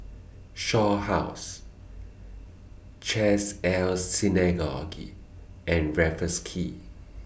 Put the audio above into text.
Shaw House Chesed El Synagogue and Raffles Quay